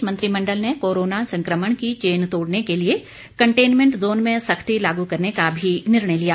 प्रदेश मंत्रिमंडल ने कोरोना संकमण की चेन तोड़ने के लिए कंटेनमेंट जोन में सख्ती लागू करने का भी निर्णय लिया